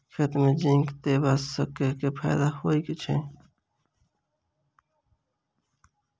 खेत मे जिंक देबा सँ केँ फायदा होइ छैय?